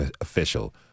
official